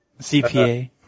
CPA